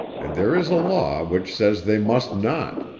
and there is a law which says they must not.